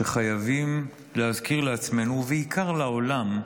שחייבים להזכיר לעצמנו, ובעיקר לעולם,